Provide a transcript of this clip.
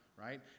right